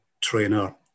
trainer